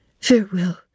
Farewell